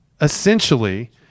essentially